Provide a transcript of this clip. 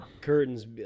curtains